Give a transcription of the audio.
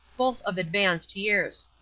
both of advanced years.